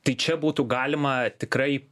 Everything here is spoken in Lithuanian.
tai čia būtų galima tikrai